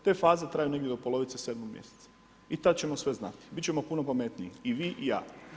Te faze traju negdje do polovice 7 mjeseca i tad ćemo sve znati, bit ćemo puno pametniji i vi i ja.